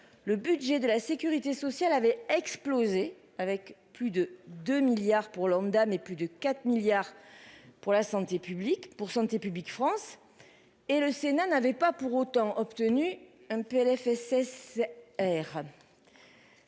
le budget de la Sécurité sociale avait explosé avec plus de 2 milliards pour lambda mais plus de 4 milliards pour la santé publique pour Santé publique France. Et le Sénat n'avaient pas pour autant obtenu un PLFSS.